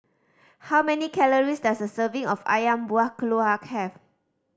how many calories does a serving of Ayam Buah Keluak have